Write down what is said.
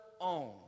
own